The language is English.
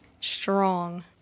strong